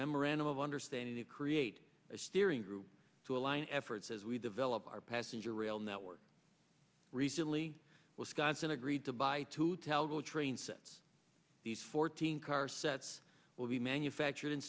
memorandum of understanding to create a steering group to align efforts as we develop our passenger rail network recently wisconsin agreed to by to tell go train since these fourteen car sets will be manufactured in